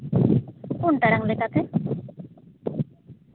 ᱯᱩᱱ ᱴᱟᱲᱟᱝ ᱞᱮᱠᱟᱛᱮ